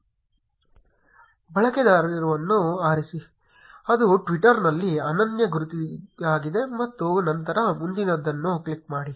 ಬಳಕೆದಾರಹೆಸರನ್ನು ಆರಿಸಿ ಅದು ಟ್ವಿಟರ್ನಲ್ಲಿ ಅನನ್ಯ ಗುರುತಾಗಿರುತ್ತದೆ ಮತ್ತು ನಂತರ ಮುಂದಿನದನ್ನು ಕ್ಲಿಕ್ ಮಾಡಿ